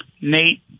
Nate